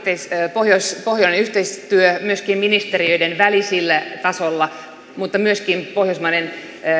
pohjoismainen yhteistyö ministeriöiden välisellä tasolla mutta myöskin pohjoismaiden